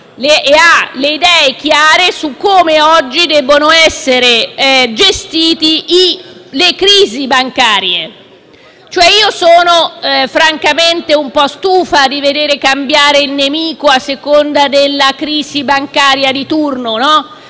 hanno le idee chiare su come oggi devono essere gestite le crisi bancarie. Sono francamente un po' stufa di vedere cambiare il nemico a seconda della crisi bancaria di turno: